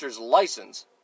license